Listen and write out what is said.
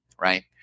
right